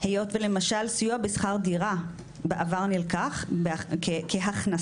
היות ולמשל סיוע בשכר דירה בעבר נלקח כהכנסה,